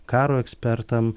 karo ekspertam